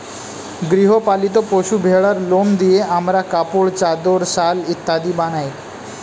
গৃহ পালিত পশু ভেড়ার লোম দিয়ে আমরা কাপড়, চাদর, শাল ইত্যাদি বানাই